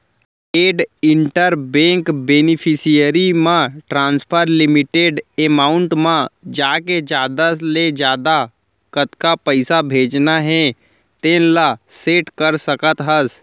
add inter bank beneficiary म transfer limit amount म जाके जादा ले जादा कतका पइसा भेजना हे तेन ल सेट कर सकत हस